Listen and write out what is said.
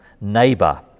neighbor